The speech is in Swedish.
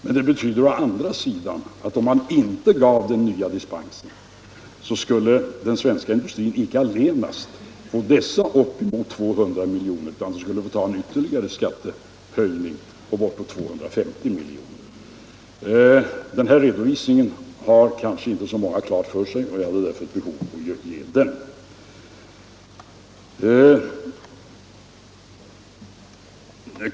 Men det betyder å andra sidan att den svenska industrin — om man inte gav den nya dispensen — skulle få icke allenast dessa uppemot 200 milj.kr. utan ytterligare en skattehöjning på bortåt 250 milj.kr. De här redovisade förhållandena har kanske inte så många klart för sig och jag hade därför ett behov att nämna dem.